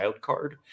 card